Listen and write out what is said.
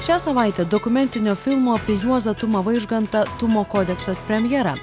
šią savaitę dokumentinio filmo apie juozą tumą vaižgantą tumo kodeksas premjera